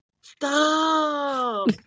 Stop